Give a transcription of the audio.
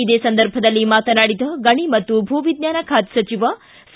ಇದೇ ಸಂದರ್ಭದಲ್ಲಿ ಮಾತನಾಡಿದ ಗಣಿ ಮತ್ತು ಭೂ ವಿಜ್ಞಾನ ಖಾತೆ ಸಚಿವ ಸಿ